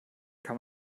kann